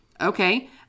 Okay